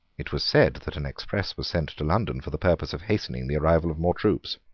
it was said that an express was sent to london for the purpose of hastening the arrival of more troops.